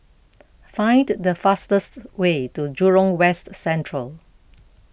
find the fastest way to Jurong West Central